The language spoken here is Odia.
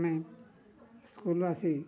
ଆମେ ସ୍କୁଲ୍ରୁ ଆସି